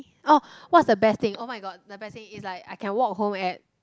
oh what's the best thing oh-my-god the best thing is like I can walk home at